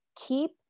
keep